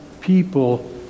people